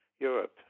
Europe